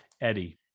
eddie